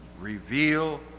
reveal